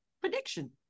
prediction